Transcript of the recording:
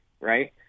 right